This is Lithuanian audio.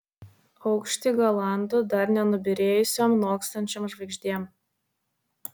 aukštį galandu dar nenubyrėjusiom nokstančiom žvaigždėm